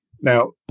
Now